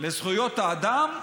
לזכויות האדם,